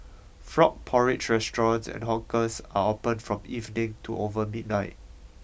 frog porridge restaurants and hawkers are opened from evening to over midnight